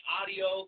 audio